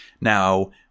Now